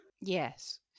Yes